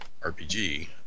RPG